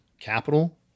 capital